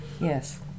Yes